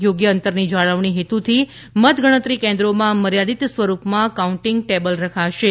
યોગ્ય અંતરની જાળવણી હેતુથી મતગણતરી કેન્દ્રોમાં મર્યાદીત સ્વરૂપમાં કાઉન્ટીંગ ટેબલ રખા શે